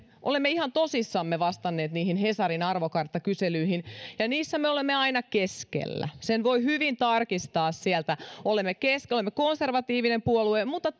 olemme myöskin ihan tosissamme vastanneet niihin hesarin arvokarttakyselyihin ja ja niissä me olemme aina keskellä sen voi hyvin tarkistaa sieltä olemme konservatiivinen puolue mutta